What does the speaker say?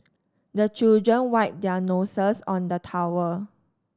the children wipe their noses on the towel